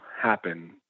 happen